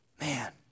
man